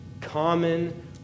common